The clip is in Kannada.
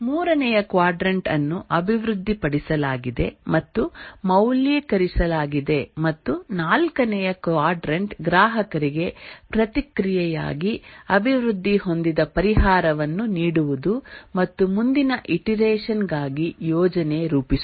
ಮೂರನೆಯ ಕ್ವಾಡ್ರಾಂಟ್ ಅನ್ನು ಅಭಿವೃದ್ಧಿಪಡಿಸಲಾಗಿದೆ ಮತ್ತು ಮೌಲ್ಯೀಕರಿಸಲಾಗಿದೆ ಮತ್ತು ನಾಲ್ಕನೇ ಕ್ವಾಡ್ರಾಂಟ್ ಗ್ರಾಹಕರಿಗೆ ಪ್ರತಿಕ್ರಿಯೆಗಾಗಿ ಅಭಿವೃದ್ಧಿ ಹೊಂದಿದ ಪರಿಹಾರವನ್ನು ನೀಡುವುದು ಮತ್ತು ಮುಂದಿನ ಇಟರೆಷನ್ ಗಾಗಿ ಯೋಜನೆ ರೂಪಿಸುವುದು